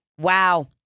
wow